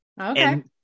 Okay